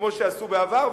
כמו שעשו בעבר.